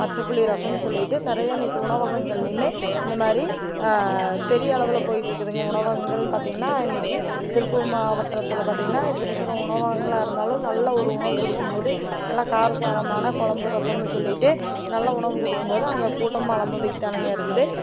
பச்சை புளி ரசம்னு சொல்லிட்டு நிறைய இன்னைக்கு உணவகங்கள்லேயுமே இந்தமாதிரி பெரிய அளவில் போய்ட்ருக்குதுங்க உணவகங்கள்னு பார்த்திங்கன்னா இன்னைக்கு திருப்பூர் மாவட்டத்தில் பார்த்திங்கன்னா சின்ன சின்ன உணவகங்களாக இருந்தாலும் நல்ல ஒரு உணவு கொடுக்கும்போது நல்லா காரசாரமான கொழம்பு ரசம்னு சொல்லிட்டு நல்ல உணவு கொடுக்கும் போது அங்கே கூட்டமும் அலைமோதிட்டு தான்ங்க இருக்குது